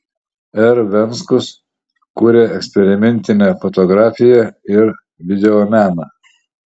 r venckus kuria eksperimentinę fotografiją ir videomeną